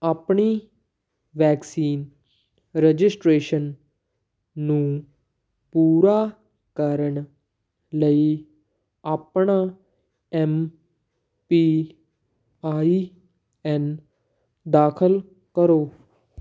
ਆਪਣੀ vaccine registration ਨੂੰ ਪੂਰਾ ਕਰਨ ਲਈ ਆਪਣਾ ਐੱਮ ਪੀ ਆਈ ਐੱਨ ਦਾਖਲ ਕਰੋ